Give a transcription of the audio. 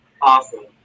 Awesome